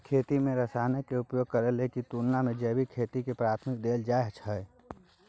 खेती में रसायन के उपयोग करला के तुलना में जैविक खेती के प्राथमिकता दैल जाय हय